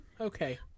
okay